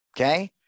Okay